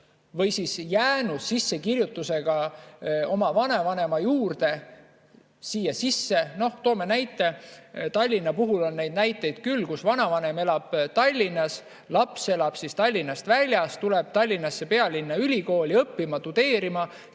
või siis jäänud sissekirjutusega oma vanavanema juurde. Toome näite. Tallinna puhul on neid näiteid küll, kus vanavanem elab Tallinnas, laps elab Tallinnast väljas, tuleb Tallinna, pealinna ülikooli õppima, tudeerima,